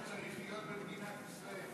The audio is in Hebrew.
היא לא תיכנס, כמו שצריך להיות במדינת ישראל.